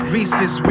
Reese's